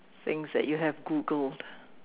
things that you have Googled